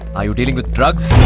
are you dealing with drugs?